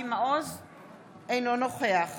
אינו נוכח